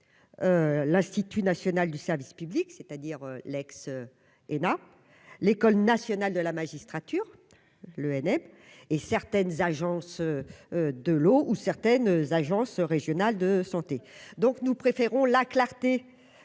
l'institut national du service public, c'est-à-dire l'ex-ENA, l'École nationale de la magistrature l'ENM et certaines agences de l'eau ou certaines agences régionales de santé, donc nous préférons la clarté